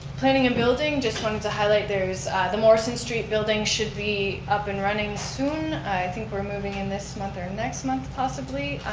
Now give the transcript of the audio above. planning and building, just wanted to highlight, the morrison street building should be up and running soon, i think we're moving in this month or next month, possibly.